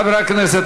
חברי הכנסת,